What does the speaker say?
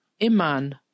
Iman